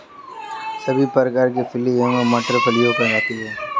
सभी प्रकार की फली एवं मटर फलियां कहलाती हैं